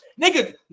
nigga